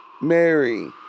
Mary